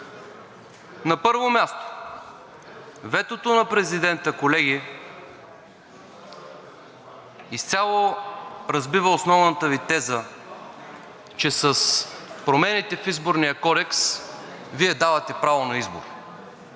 На първо място, ветото на президента, колеги, изцяло разбива основната Ви теза, че с промените в Изборния кодекс Вие давате право на избор,